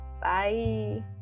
Bye